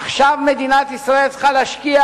עכשיו מדינת ישראל צריכה להשקיע